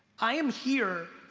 i am here,